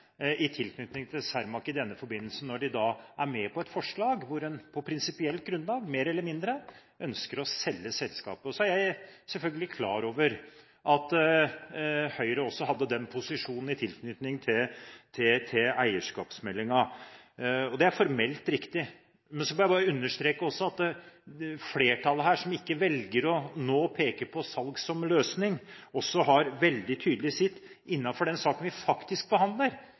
i tilknytning til Cermaq, når de er med på et forslag der en på prinsipielt grunnlag – mer eller mindre – ønsker å selge selskapet. Så er jeg selvfølgelig klar over at Høyre også hadde den posisjonen i tilknytning til eierskapsmeldingen – det er formelt riktig. Men så vil jeg bare understreke at også flertallet her, som ikke nå velger å peke på salg som løsning, også veldig tydelig i den saken vi behandler,